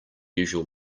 usual